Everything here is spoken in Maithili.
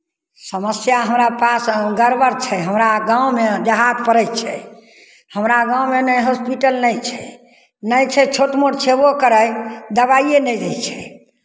समस्या हमरा पास गड़बड़ छै हमरा गाँवमे देहात पड़ै छै हमरा गाँवमे नहि हॉस्पिटल नहि छै नहि छै छोट मोट छयबो करय दबाइए नहि रहै छै